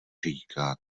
říká